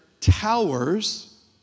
towers